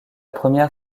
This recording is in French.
première